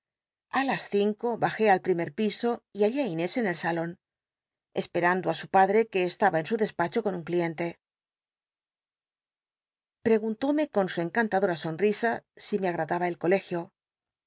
a las cinco bajé al pl'imel piso y hallé i inés en el salon esper mdo á su padc r uc estaba en su despacho con un cliente preguntóme con su encantadom somisn si me agradaba el colegio